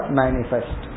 manifest